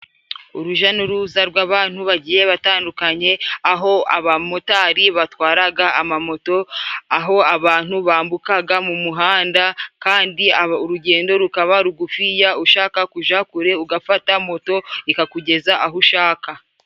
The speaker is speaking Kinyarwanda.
Uruja n'uruza rw'abantu bagiye batandukanye, aho abamotari batwaraga amamoto, aho abantu bambukaga mu muhanda kandi urugendo rukaba rugufiya, ushaka kuja kure, ugafata moto ikakugeza aho ushaka.